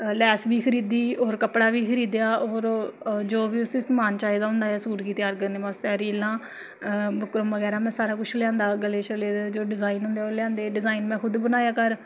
लैस बी खरीदी होर कपड़ा बी खरीदेआ होर जो बी उसी त्यार सामन चाहिदा होंदा ऐ सूट गी त्यार करने बास्तै रीलां बुकर्म बगैरा में सारा कुछ लेआंदा गले शले दे जो डिजाइन होंदे ओह् लेआंदे डिजाइन में खुद बनाया घर